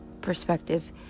perspective